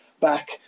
back